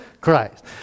Christ